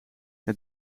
hij